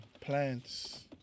Plants